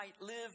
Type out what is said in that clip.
live